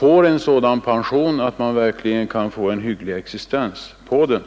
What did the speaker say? erhåller en sådan pension att man verkligen kan få en hygglig existens på den.